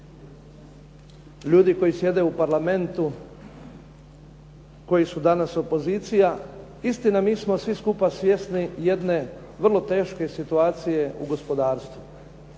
ljudi koji sjede u Parlamentu, koji su danas opozicija. Istina mi smo svi skupa svjesni jedne vrlo teške situacije u gospodarstvu.